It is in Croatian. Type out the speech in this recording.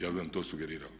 Ja bih vam to sugerirao.